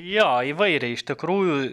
jo įvairiai iš tikrųjų